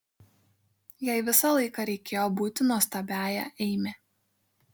jai visą laiką reikėjo būti nuostabiąja eime